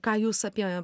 ką jūs apie